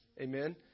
Amen